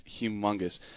humongous